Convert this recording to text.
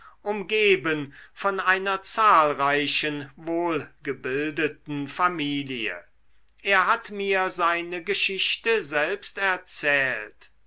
umgeben von einer zahlreichen wohlgebildeten familie er hat mir seine geschichte selbst erzählt